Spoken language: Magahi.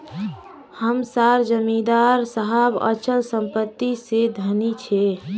हम सार जमीदार साहब अचल संपत्ति से धनी छे